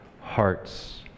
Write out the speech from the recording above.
hearts